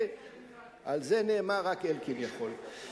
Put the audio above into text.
על זה נאמר: רק אלקין יכול.